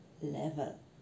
level